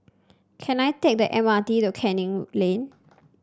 can I take the M R T to Canning Lane